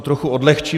Trochu to odlehčím.